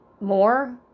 more